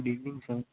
good evening sir